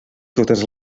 totes